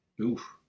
Oof